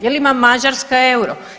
Jel' ima Mađarska euro?